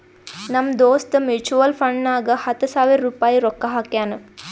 ನಮ್ ದೋಸ್ತ್ ಮ್ಯುಚುವಲ್ ಫಂಡ್ನಾಗ್ ಹತ್ತ ಸಾವಿರ ರುಪಾಯಿ ರೊಕ್ಕಾ ಹಾಕ್ಯಾನ್